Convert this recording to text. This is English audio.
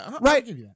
Right